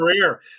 career